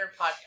podcast